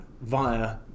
via